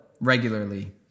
regularly